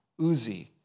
Uzi